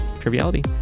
triviality